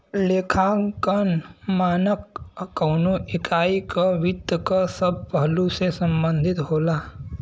लेखांकन मानक कउनो इकाई क वित्त क सब पहलु से संबंधित होला